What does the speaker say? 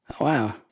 Wow